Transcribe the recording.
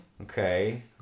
Okay